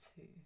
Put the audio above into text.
two